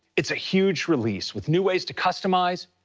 it's a huge release, with new ways to customize,